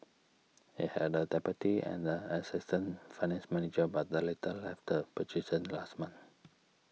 it had a deputy and an assistant finance manager but the latter left the position last month